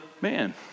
man